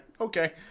Okay